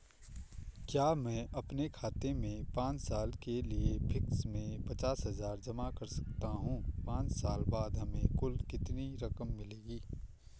क्या मैं अपने खाते में पांच साल के लिए फिक्स में पचास हज़ार जमा कर सकता हूँ पांच साल बाद हमें कुल कितनी रकम मिलेगी?